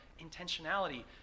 intentionality